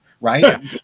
Right